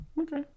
Okay